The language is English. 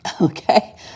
okay